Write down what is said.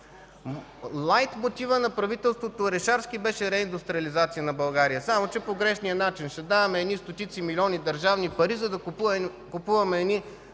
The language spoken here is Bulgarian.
Лайтмотивът на правителството Орешарски беше реиндустриализация на България, само че по грешния начин – ще даваме стотици милиони държавни пари за да купуваме